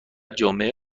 جامعه